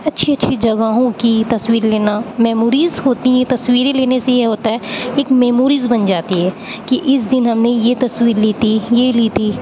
اچھی اچھی جگہوں کی تصویر لینا میموریز ہوتی ہیں تصویریں لینے سے یہ ہوتا ہے ایک میموریز بن جاتی ہے کہ اس دن ہم نے یہ تصویر لی تھی یہ لی تھی